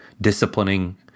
disciplining